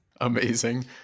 Amazing